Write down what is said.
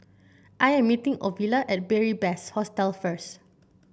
I am meeting Ovila at Beary Best Hostel first